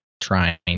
trying